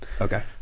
Okay